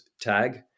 tag